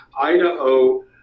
Idaho